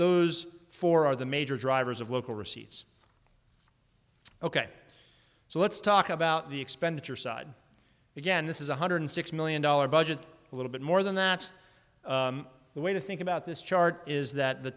those four are the major drivers of local receipts ok so let's talk about the expenditure side again this is one hundred six million dollars budget a little bit more than that the way to think about this chart is that the